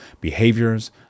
behaviors